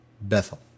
Bethel